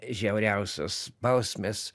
žiauriausios bausmės